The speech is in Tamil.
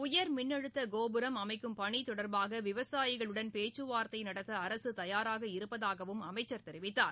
உயர் மின்கோபுரம் அமைக்கும் பணி தொடர்பாக விவசாயிகளுடன் பேச்சு வார்த்தை நடத்த அரசு தயாராக இருப்பதாகவும் அமைச்சர் தெரிவித்தார்